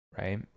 right